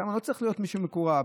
שם לא צריך להיות מישהו מקורב,